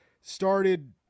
started